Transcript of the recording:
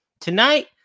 Tonight